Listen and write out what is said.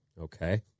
Okay